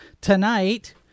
Tonight